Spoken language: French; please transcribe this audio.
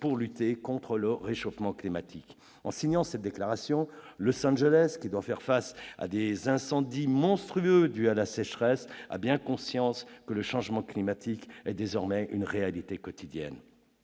pour lutter contre le réchauffement climatique. Los Angeles, qui doit faire face à des incendies monstrueux dus à la sécheresse, a bien conscience que le changement climatique est désormais une réalité quotidienne.